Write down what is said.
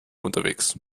unterwegs